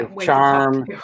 Charm